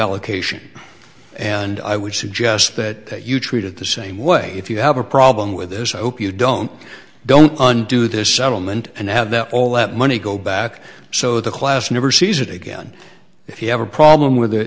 allocation and i would suggest that you treated the same way if you have a problem with this i hope you don't don't undo this settlement and have that all that money go back so the class never sees it again if you have a problem with the